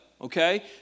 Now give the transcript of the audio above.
Okay